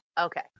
Okay